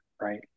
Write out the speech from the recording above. right